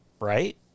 right